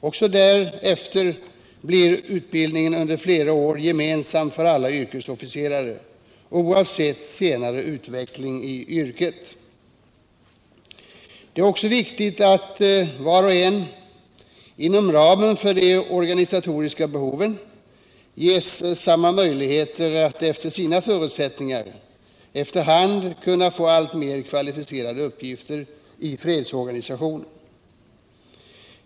Också därefter blir utbildningen under flera år gemensam för alla yrkesofficerare oavsett senare utveckling i yrket. Det är också viktigt att var och en — inom ramen för de organisatoriska behoven — ges samma möjligheter att efter sina förutsättningar efter hand kunna få alltmer kvalificerade uppgifter i fredsorganisationen.